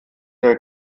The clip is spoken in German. der